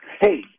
Hey